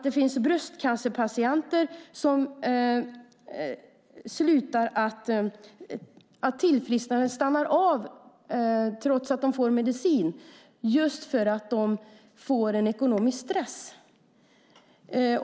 Det finns bröstcancerpatienter vars tillfrisknande stannar av trots att de får medicin just därför att de får en ekonomisk stress.